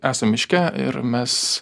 esam miške ir mes